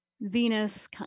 Venus